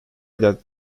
that